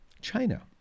China